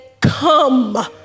come